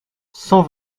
cent